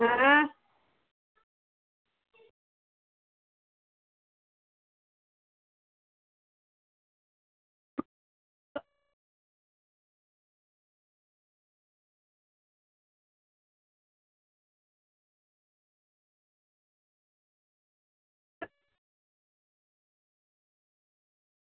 ऐं